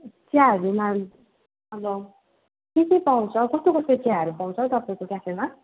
चियाहरूमा अब के के पाउँछ कस्तो कस्तो चियाहरू पाउँछ हौ तपाईँको क्याफेमा